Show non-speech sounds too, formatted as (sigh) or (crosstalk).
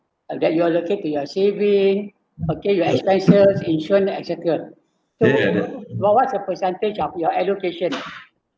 that you allocate to your saving okay your expenses insurance et cetera (noise) so what what's the percentage of your allocation